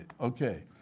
Okay